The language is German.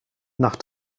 nach